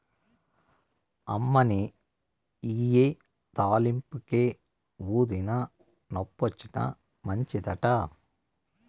అమ్మనీ ఇయ్యి తాలింపుకే, ఊదినా, నొప్పొచ్చినా మంచిదట